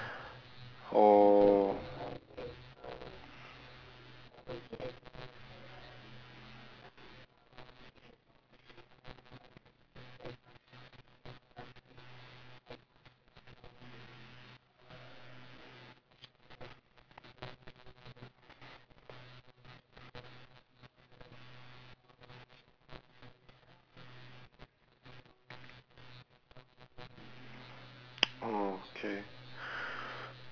or oh okay